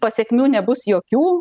pasekmių nebus jokių